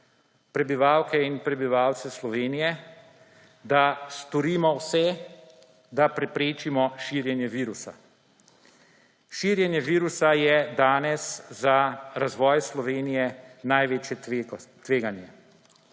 prebivalke in prebivalce Slovenije, da storimo vse, da preprečimo širjenje virusa. Širjenje virusa je danes za razvoj Slovenije največje tveganje.